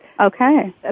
Okay